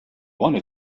wanna